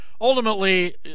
ultimately